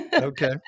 Okay